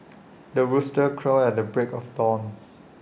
the rooster crows at the break of dawn